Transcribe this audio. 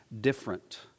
different